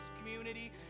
community